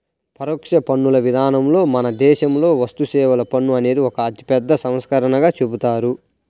పరోక్ష పన్నుల విధానంలో మన దేశంలో వస్తుసేవల పన్ను అనేది ఒక అతిపెద్ద సంస్కరణగా చెబుతారు